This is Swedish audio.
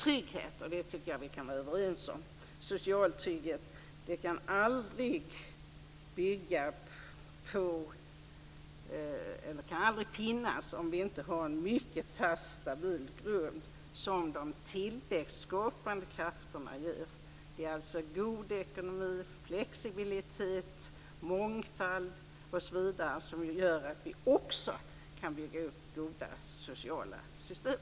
Jag tycker att vi kan vara överens om att social trygghet aldrig kan finnas om vi inte har en mycket fast och stabil grund som de tillväxtskapande krafterna utgör. Det är alltså god ekonomi, flexibilitet, mångfald, osv. som gör att vi också kan bygga upp goda sociala system.